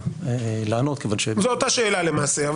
זו אותה שאלה למעשה.